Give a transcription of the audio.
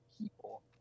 people